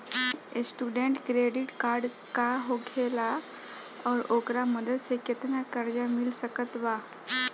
Student credit card का होखेला और ओकरा मदद से केतना कर्जा मिल सकत बा?